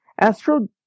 Astro